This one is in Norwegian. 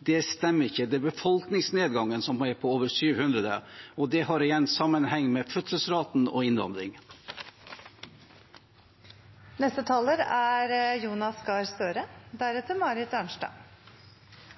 Det stemmer ikke. Det er befolkningsnedgangen som er på over 700, og det har igjen sammenheng med fødselsraten og